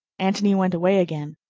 antony went away again,